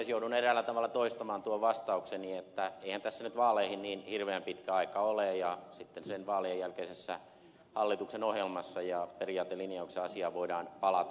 joudun eräällä tavalla toistamaan tuon vastaukseni että eihän tässä nyt vaaleihin niin hirveän pitkä aika ole ja sitten vaalien jälkeisen hallituksen ohjelmassa ja periaatelinjauksessa asiaan voidaan palata